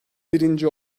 birinci